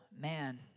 man